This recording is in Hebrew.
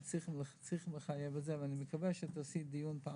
צריך לחייב את זה, ואני מקווה שתערכי דיון על